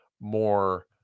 more